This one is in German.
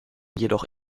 jedoch